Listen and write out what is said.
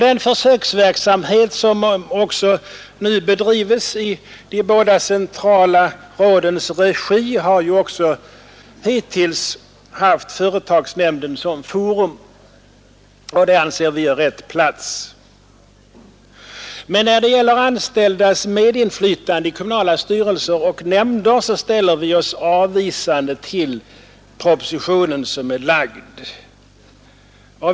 Den försöksverksamhet som nu bedrives i de båda centrala rådens regi har också hittills haft företagsnämnden som forum, och det anser vi är rätt plats. Men när det gäller anställdas medinflytande i kommunala styrelser och nämnder ställer vi oss avvisande till propositionen.